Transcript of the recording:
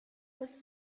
was